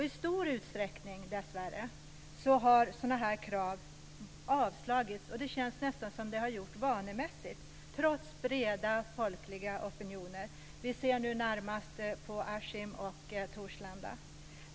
I stor utsträckning har sådana här krav, dessvärre, avslagits - det känns nästan som att det skett vanemässigt - trots breda folkliga opinioner. Närmast ser vi det i Askim och i Torslanda.